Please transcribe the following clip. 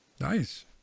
Nice